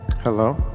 Hello